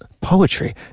poetry